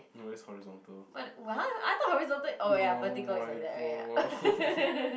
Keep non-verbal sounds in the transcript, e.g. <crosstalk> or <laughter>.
no that's horizontal no my god <laughs>